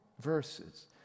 verses